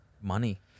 Money